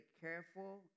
careful